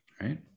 right